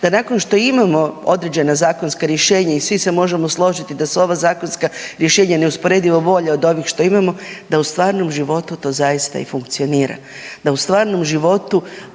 da nakon što imamo određena zakonska rješenja i svi se možemo složiti da su ova zakonska rješenja neusporedivo bolja od onih što imamo, da u stvarnom životu to zaista i funkcionira, da u stvarnom životu